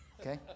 Okay